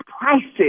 prices